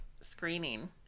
screening